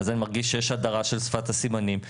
אז אני מרגיש שיש הדרה של שפת הסימנים.